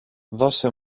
δώσε